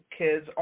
kids